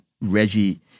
Reggie